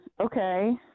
okay